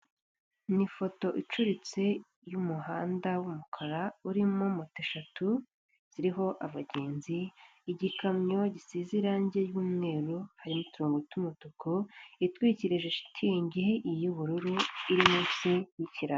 Ni ifoto icuritse y'umuhanda w'umukara urimo moto eshatu ziriho abagenzi, igikamyo gisize irangi ry'umweru harimo uturongo tw'umutuku, itwikirije shitingi y'ubururu iri munsi y'ikiraro.